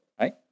right